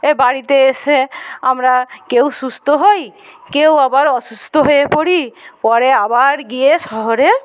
এ বাড়িতে এসে আমরা কেউ সুস্থ হই কেউ আবার অসুস্থ হয়ে পড়ি পরে আবার গিয়ে শহরে